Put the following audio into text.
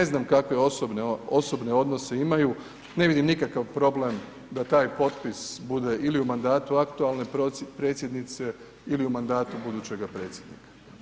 Ne znam kakve osobne odnose imaju, ne vidim nikakav problem da taj potpis bude ili u mandatu aktualne predsjednice ili u mandatu budućega predsjednika.